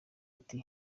ati